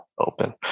open